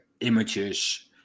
images